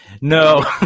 No